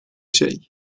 şey